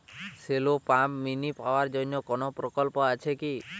Shallow pump mini power জন্য কোনো প্রকল্প আছে কি?